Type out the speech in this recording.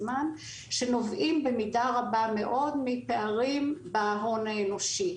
זמן שנובעים במידה רבה מאוד מפערים בהון האנושי.